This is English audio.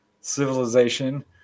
civilization